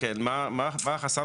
כן, מה החסם?